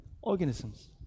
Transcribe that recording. organisms